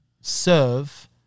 serve